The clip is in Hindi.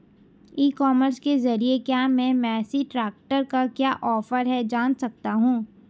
ई कॉमर्स के ज़रिए क्या मैं मेसी ट्रैक्टर का क्या ऑफर है जान सकता हूँ?